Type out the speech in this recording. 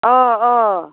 अ अ